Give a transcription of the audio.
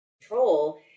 control